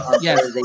Yes